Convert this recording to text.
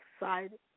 excited